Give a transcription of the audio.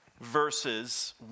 verses